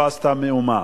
לא עשתה מאומה.